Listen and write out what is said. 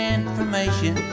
information